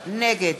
נגד